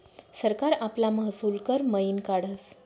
सरकार आपला महसूल कर मयीन काढस